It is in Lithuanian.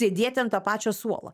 sėdėt ant to pačio suolo